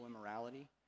immorality